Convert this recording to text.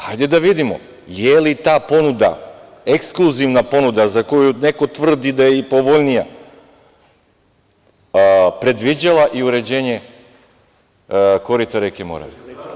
Hajde da vidimo da li je ta ponuda, ekskluzivna ponuda, za koju neko tvrdi da je i povoljnija, predviđala i uređenje korita reke Morave.